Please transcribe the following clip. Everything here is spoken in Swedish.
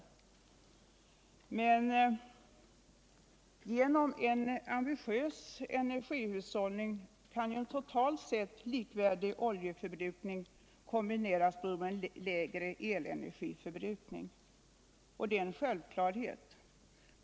Men genom en ambitiös energihushållning kan ju en totalt seu likvärdig oljetörbrukning kombineras med en lägre elenergiförbrukning —- det är en självklarhet.